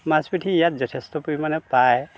মাছ পুঠি ইয়াত যথেষ্ট পৰিমাণে পায়